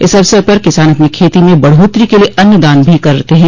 इस अवसर पर किसान अपनी खेती में बढ़ोत्तरी के लिए अन्न दान भी करते हैं